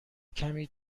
کمی